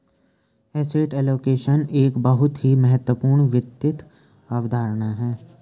asset allocation एक बहुत ही महत्वपूर्ण वित्त अवधारणा है